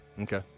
Okay